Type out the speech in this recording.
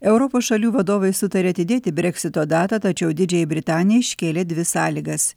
europos šalių vadovai sutarė atidėti breksito datą tačiau didžiajai britanijai iškėlė dvi sąlygas